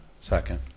Second